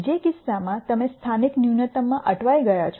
જે કિસ્સામાં તમે સ્થાનિક ન્યૂનતમમાં અટવાઇ ગયા છો